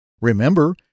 Remember